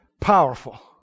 Powerful